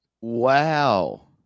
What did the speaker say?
Wow